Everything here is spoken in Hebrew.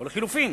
או לחלופין,